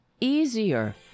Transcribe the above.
easier